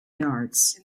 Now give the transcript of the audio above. yards